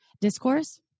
discourse